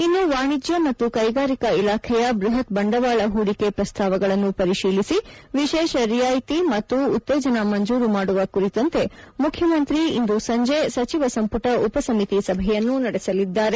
ಇನ್ನು ವಾಣಿಜ್ಯ ಮತ್ತು ಕೈಗಾರಿಕಾ ಇಲಾಖೆಯ ಬೃಪತ್ ಬಂಡವಾಳ ಹೂಡಿಕೆ ಪ್ರಸ್ತಾವಗಳನ್ನು ಪರಿತೀಲಿಸಿ ವಿಶೇಷ ರಿಯಾಯಿತಿ ಮತ್ತು ಉತ್ತೇಜನ ಮಂಜೂರು ಮಾಡುವ ಕುರಿತಂತೆ ಮುಖ್ಯಮಂತ್ರಿ ಇಂದು ಸಂಜೆ ಸಚಿವ ಸಂಪುಟ ಉಪಸಮಿತಿ ಸಭೆಯನ್ನೂ ನಡೆಸಲಿದ್ದಾರೆ